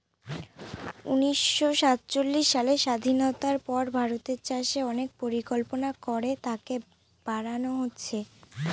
উনিশশো সাতচল্লিশ সালের স্বাধীনতার পর ভারতের চাষে অনেক পরিকল্পনা করে তাকে বাড়নো হয়েছে